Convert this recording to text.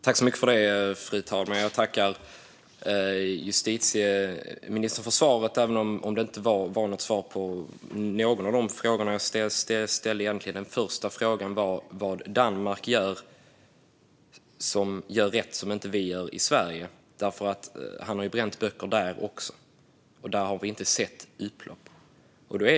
Fru talman! Jag tackar justitieministern för svaret, även om det egentligen inte var svar på någon av de frågor jag ställde. Den första frågan var vad Danmark gör rätt som vi inte gör i Sverige. Paludan har ju bränt böcker där också, men vi har inte sett upplopp där.